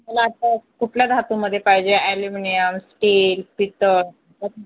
तुम्हाला आता कुठल्या धातूमध्ये पाहिजे ॲल्युमिनियम स्टील पितळ